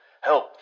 help